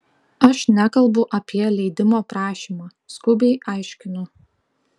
aš nekalbu apie leidimo prašymą skubiai aiškinu